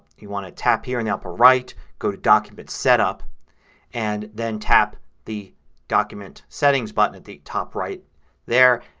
you want to tap here now for write. go to document setup and then tap the document settings button at the top right there.